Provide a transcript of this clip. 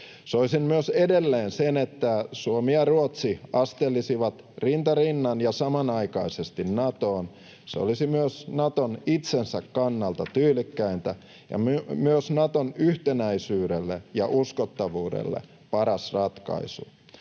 Soisin myös edelleen sen, että Suomi ja Ruotsi astelisivat rinta rinnan ja samanaikaisesti Natoon. Se olisi myös Naton itsensä kannalta tyylikkäintä ja myös Naton yhtenäisyydelle ja uskottavuudelle paras ratkaisu.